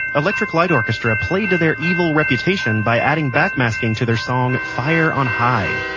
electric light orchestra played to their evil reputation by adding backmasking to their song fire on high.